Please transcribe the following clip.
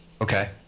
Okay